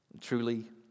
truly